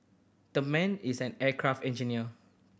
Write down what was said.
the man is an aircraft engineer